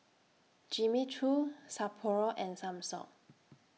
Jimmy Choo Sapporo and Samsung